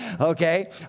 Okay